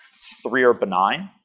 three are benign.